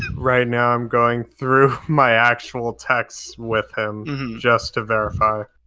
right now, i'm going through my actual texts with him just to verify.